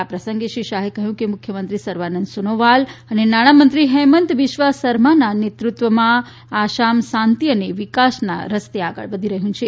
આ પ્રસંગે શ્રી શાહે કહ્યું કે મુખ્યમંત્રી સર્વાનંદ સોનોવાલ અને નાણામંત્રી હેમંત બિસ્વા સરમાના નેતૃત્વમાં આસામ શાંતિ અને વિકાસના રસ્તે આગળ વધી રહ્યું છે